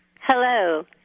Hello